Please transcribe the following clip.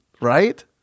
right